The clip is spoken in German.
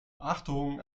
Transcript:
achtung